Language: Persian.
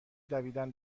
دویدن